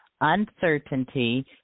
uncertainty